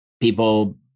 people